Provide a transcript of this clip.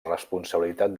responsabilitat